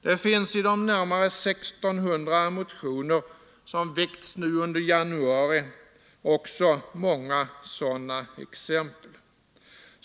Det finns i de närmare 1 600 motioner som väckts nu under januari också många sådana exempel.